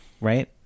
right